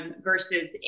versus